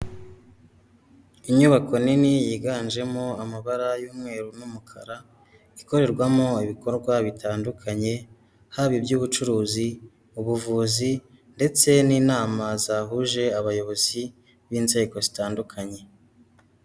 Inyubako nini yiganjemo amabara y'umweru n'umukara ikorerwamo ibikorwa bitandukanye haba iby'ubucuruzi, ubuvuzi ndetse n'inama zahuje abayobozi b'inzego zitandukanye.